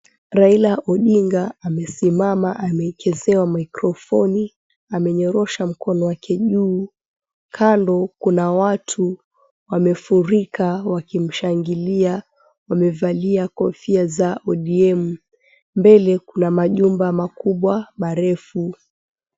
Raila Odinga amesimama ameekezewa mikrofoni, amenyorosha mkono wake juu. Kando kuna watu wamefurika wakimshangilia wamevalia kofia za ODM. Mbele kuna majumba makubwa marefu.